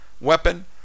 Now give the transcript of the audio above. weapon